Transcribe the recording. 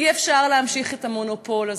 אי-אפשר להמשיך את המונופול הזה,